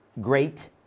great